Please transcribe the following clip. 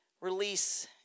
release